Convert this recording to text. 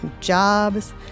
jobs